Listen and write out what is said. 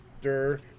Durr